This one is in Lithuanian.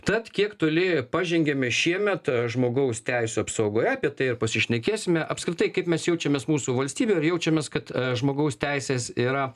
tad kiek toli pažengėme šiemet žmogaus teisių apsaugoje apie tai ir pasišnekėsime apskritai kaip mes jaučiamės mūsų valstybėj ar jaučiamės kad žmogaus teisės yra